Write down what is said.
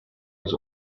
has